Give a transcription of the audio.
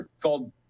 called